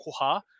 koha